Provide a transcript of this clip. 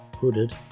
hooded